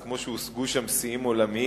אז כמו שהושגו שם שיאים עולמיים,